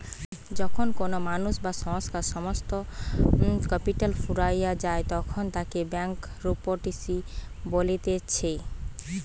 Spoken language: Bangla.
যখন কোনো মানুষ বা সংস্থার সমস্ত ক্যাপিটাল ফুরাইয়া যায়তখন তাকে ব্যাংকরূপটিসি বলতিছে